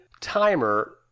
timer